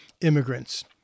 immigrants